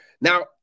Now